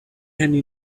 handy